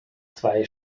zwei